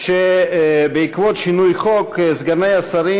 שבעקבות שינוי חוק סגני השרים,